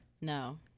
No